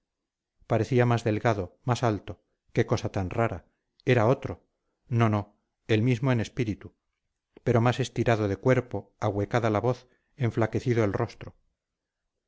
parecía más delgado más alto qué cosa tan rara era otro no no el mismo en espíritu pero más estirado de cuerpo ahuecada la voz enflaquecido el rostro